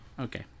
Okay